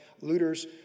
looters